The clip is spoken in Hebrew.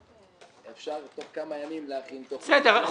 אפשר תוך כמה ימים להכין תוכנית.